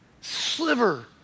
sliver